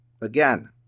Again